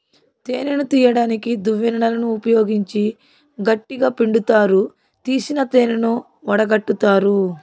తేనెను తీయడానికి దువ్వెనలను ఉపయోగించి గట్టిగ పిండుతారు, తీసిన తేనెను వడగట్టుతారు